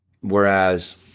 Whereas